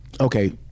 Okay